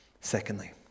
Secondly